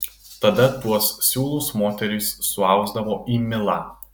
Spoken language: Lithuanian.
tada tuos siūlus moterys suausdavo į milą